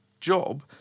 job